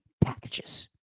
packages